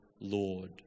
Lord